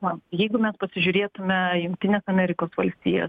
man jeigu mes pasižiūrėtume į jungtinių amerikos valstijas